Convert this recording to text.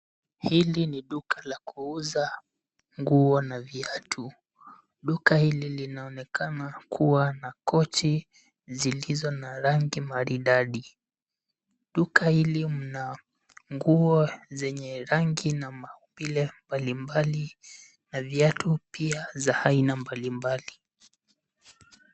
Hili ni duka la kuuza nguo na viatu. Duka hili linaonekana kuwa na kochi zilizo na rangi maridadi. Duka hili mna nguo zenye rangi na maumbile mbalimbali na viatu pia za aina mbalimbali.